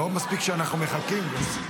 לא מספיק שאנחנו מחכים.